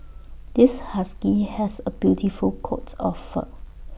this husky has A beautiful coat of fur